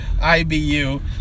IBU